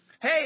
Hey